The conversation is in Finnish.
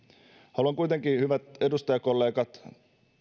haluan kuitenkin hyvät edustajakollegat